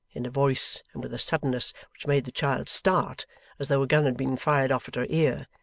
in a voice, and with a suddenness, which made the child start as though a gun had been fired off at her ear.